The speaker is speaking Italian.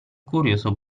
curioso